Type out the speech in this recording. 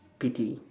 pity